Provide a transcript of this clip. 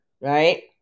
right